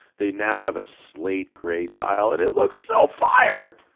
they now have a slate gray dial and it looks so fire!